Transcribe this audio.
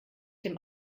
dem